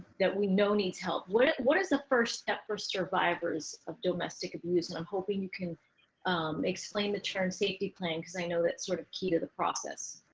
that we know needs help. what what is the first step for survivors of domestic abuse? and i'm hoping you can explain the term safety plan, because i know that sort of key to the process.